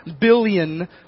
billion